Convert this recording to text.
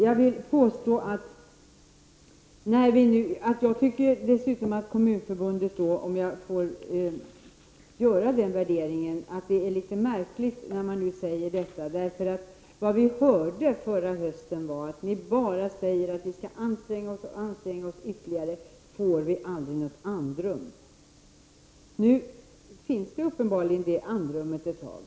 Jag tycker dessutom, om jag får göra den värderingen, att det är litet märkligt att Kommunförbundet säger detta, för vad vi hörde förra hösten var: ''Ni bara säger att vi skall anstränga oss och anstränga oss ytterligare. Får vi aldrig något andrum.?'' Nu finns uppenbarligen det andrummet ett tag.